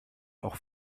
auch